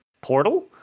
portal